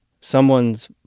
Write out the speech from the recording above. Someone's